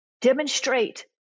Demonstrate